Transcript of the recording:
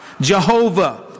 Jehovah